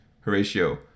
Horatio